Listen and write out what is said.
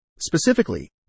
Specifically